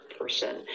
person